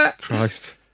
Christ